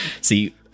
See